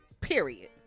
period